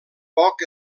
poc